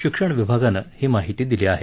शिक्षण विभागानं ही माहिती दिली आहे